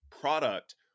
product